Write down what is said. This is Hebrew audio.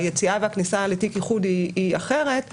היציאה והכניסה לתיק איחוד היא אחרת,